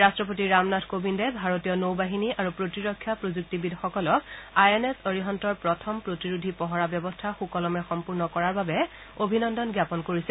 ৰাষ্ট্ৰপতি ৰামনাথ কোৱিন্দে ভাৰতীয় নৌবাহিনী আৰু প্ৰতিৰক্ষা প্ৰযুক্তিবিদসকলক আই এন এছ অৰিহাণ্টৰ প্ৰথম প্ৰতিৰোধী পহৰা ব্যৱস্থা সুকলমে সম্পূৰ্ণ কৰাৰ বাবে অভিনন্দন জ্ঞাপন কৰিছে